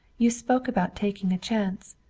you spoke about taking a chance.